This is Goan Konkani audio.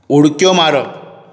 उडक्यो मारप